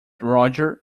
roger